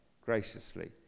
graciously